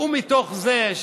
ומתוך זה,